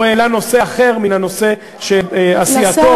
הוא העלה נושא אחר מהנושא שסיעתו ביקשה.